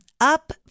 up